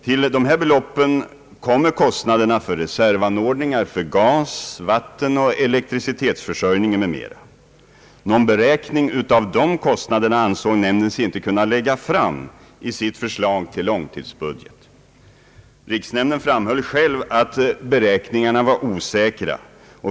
Till dessa utgifter kommer kostnaderna för reservanordningar för gas-, vattenoch elektricitetsförsörjningen m.m. Någon beräkning av dessa kostnader ansåg sig nämnden inte kunna lägga fram i sitt förslag till långtidsbudget. Riksnämnden framhöll själv att beräkningarna var osäkra.